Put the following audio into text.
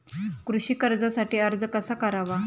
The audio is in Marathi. कृषी कर्जासाठी अर्ज कसा करावा?